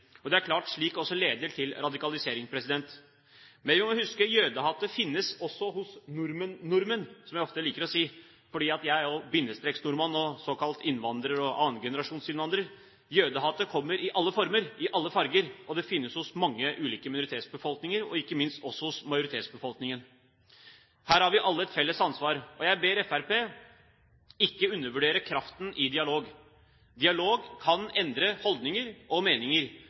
Og det er klart at slikt også leder til radikalisering. Men vi må huske at jødehat også finnes hos nordmenn-nordmenn, som jeg ofte liker å si, for jeg er bindestreksnordmann – såkalt innvandrer og annengenerasjonsinnvandrer. Jødehatet kommer i alle former, i alle farger, og det finnes hos mange ulike minoritetsbefolkninger, ikke minst også hos majoritetsbefolkningen. Her har vi alle et felles ansvar, og jeg ber Fremskrittspartiet ikke undervurdere kraften i dialog. Dialog kan endre holdninger og meninger.